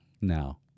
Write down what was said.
Now